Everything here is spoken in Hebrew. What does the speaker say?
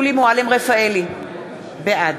בעד